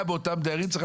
דיירים.